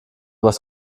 was